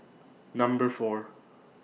Number four